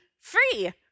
free